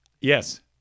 yes